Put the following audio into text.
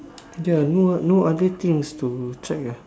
ya no ah no other thing to check ah